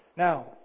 Now